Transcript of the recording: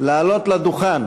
לעלות לדוכן